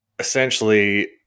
Essentially